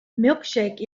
milkshake